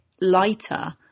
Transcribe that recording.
lighter